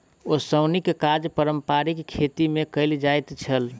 ओसौनीक काज पारंपारिक खेती मे कयल जाइत छल